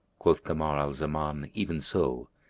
quoth kamar al-zaman, even so!